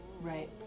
Right